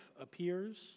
appears